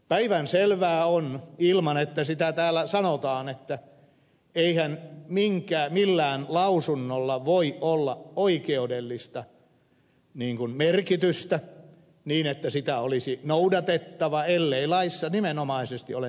päivänselvää on ilman että sitä täällä sanotaan että eihän millään lausunnolla voi olla oikeudellista merkitystä niin että sitä olisi noudatettava ellei laissa nimenomaisesti ole niin kirjoitettu